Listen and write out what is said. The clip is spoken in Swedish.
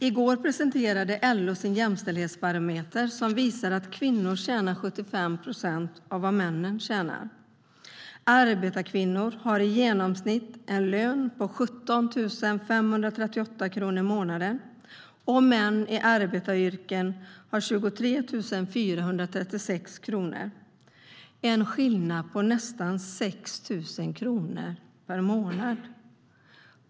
I går presenterade LO sin jämställdhetsbarometer, som visar att kvinnor tjänar 75 procent av vad männen tjänar. Arbetarkvinnor har i genomsnitt en lön på 17 538 kronor i månaden. Män i arbetaryrken har 23 436 kronor. Det är en skillnad på nästan 6 000 kronor per månad.